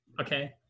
okay